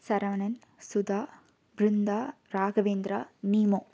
Saravanan Sudha Brinda Raghavendra Nemo